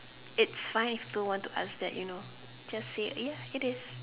it's fine if people wants to ask that you know just say ya it is